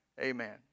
Amen